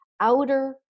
outer